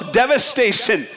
devastation